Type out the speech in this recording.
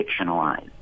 fictionalized